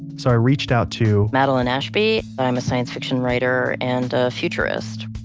so i reached out to, madeline ashby, i'm a science fiction writer and a futurist.